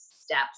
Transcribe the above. steps